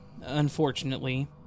Unfortunately